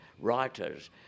writers